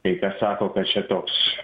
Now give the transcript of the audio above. tai ką sako kad čia toks